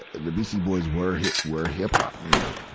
the beastie boys were hip, were hip-hop, you know.